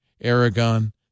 Aragon